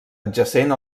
adjacent